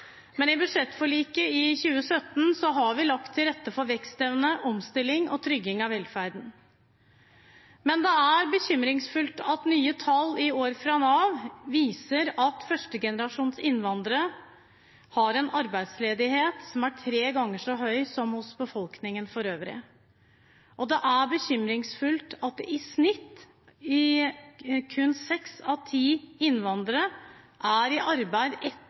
men i budsjettforliket i 2017 har vi lagt til rette for vekstevne, omstilling og trygging av velferd. Men det er bekymringsfullt at nye tall i år fra Nav viser at førstegenerasjonsinnvandrere har en arbeidsledighet som er tre ganger så høy som befolkningen for øvrig. Og det er bekymringsfullt at i snitt er kun seks av ti innvandrere i arbeid